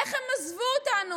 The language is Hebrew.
איך הם עזבו אותנו?